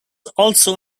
also